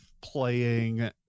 playing